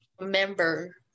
Member